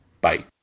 bye